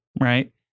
right